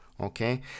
Okay